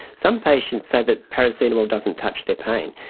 some patients say that paracetamol doesn't touch their pain,